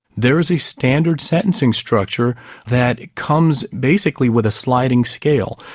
there is a standard sentencing structure that comes basically with a sliding scale,